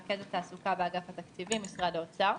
רכזת תעסוקה, באגף התקציבים, משרד האוצר.